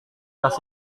tas